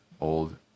old